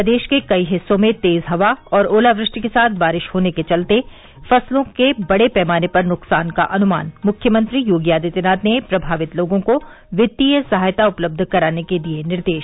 प्रदेश के कई हिस्सों में तेज हवा और ओलावृष्टि के साथ बारिश होने के चलते फसलों के बड़े पैमाने पर नुकसान का अनुमान मुख्यमंत्री योगी आदित्यनाथ ने प्रभावित लोगों को वित्तीय सहायता उपलब्ध कराने के दिये निर्देश